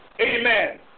Amen